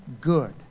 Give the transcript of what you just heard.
good